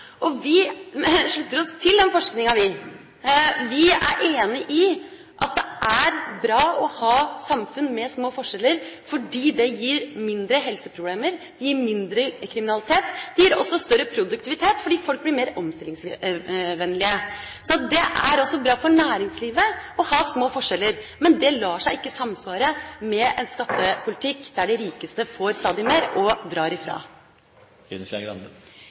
befolkninga. Vi slutter oss til den forskninga. Vi er enig i at det er bra å ha samfunn med små forskjeller, fordi det gir mindre helseproblemer, og det gir mindre kriminalitet. Det gir også større produktivitet fordi folk blir mer omstillingsvennlige. Så det er også bra for næringslivet å ha små forskjeller. Men det lar seg ikke samsvare med en skattepolitikk der de rikeste får stadig mer og drar ifra.